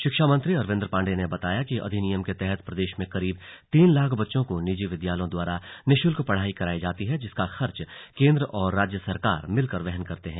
शिक्षा मंत्री अरविन्द पाण्डेय ने बताया कि अधिनियम के तहत प्रदेश में करीब तीन लाख बच्चों को निजी विद्यालयों द्वारा निःशुल्क पढाई कराई जाती है जिसका खर्च केंद्र और राज्य सरकार मिलकर वहन करते हैं